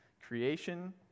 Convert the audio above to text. Creation